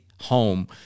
home